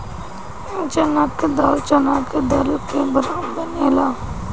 चना के दाल चना के दर के बनेला